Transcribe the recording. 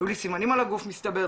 היו לי סימנים על הגוף מסתבר,